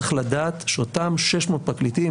צריך לדעת שאותם 600 פרקליטים,